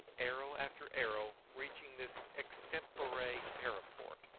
arrow after arrow reaching this extempore parapet,